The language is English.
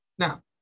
Now